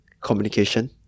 communication